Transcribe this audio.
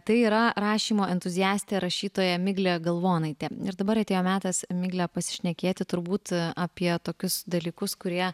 tai yra rašymo entuziastė rašytoja miglė galvonaitė ir dabar atėjo metas migle pasišnekėti turbūt apie tokius dalykus kurie